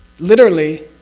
literally,